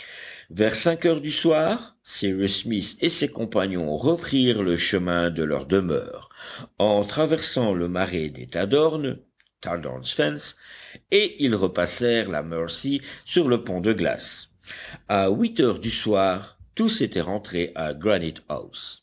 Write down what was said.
vers cinq heures du soir cyrus smith et ses compagnons reprirent le chemin de leur demeure en traversant le marais des tadornes tadorns fens et ils repassèrent la mercy sur le pont de glaces à huit heures du soir tous étaient rentrés à